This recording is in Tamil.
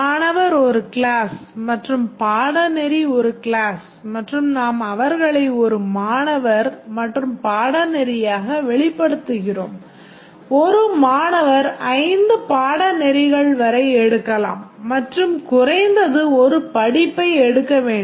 மாணவர் ஒரு கிளாஸ் மற்றும் பாடநெறி ஒரு கிளாஸ் மற்றும் நாம் அவர்களை ஒரு மாணவர் மற்றும் பாடநெறியாக வெளிப்படுத்துகிறோம் ஒரு மாணவர் 5 பாடநெறிகள் வரை எடுக்கலாம் மற்றும் குறைந்தது ஒரு படிப்பை எடுக்க வேண்டும்